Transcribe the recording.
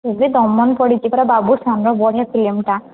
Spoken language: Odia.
ଆଜି ଦମନ୍ ପଡ଼ିଛି ପରା ବାବୁସାନର ବଢ଼ିଆ ଫିଲ୍ମଟା